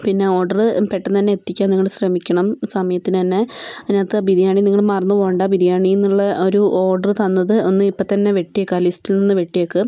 പിന്നെ ഓർഡർ പെട്ടെന്ന് തന്നെ എത്തിക്കാൻ നിങ്ങൾ ശ്രമിക്കണം സമയത്തിന് തന്നെ അതിനകത്ത് ബിരിയാണി നിങ്ങൾ മറന്ന് പോവേണ്ട ബിരിയാണി എന്നുള്ള ആ ഒരു ഓർഡർ തന്നത് ഒന്ന് ഇപ്പം തന്നെ വെട്ടിയേക്ക് ആ ലിസ്റ്റിൽ നിന്ന് വെട്ടിയേക്ക്